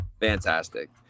Fantastic